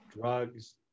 drugs